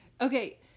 Okay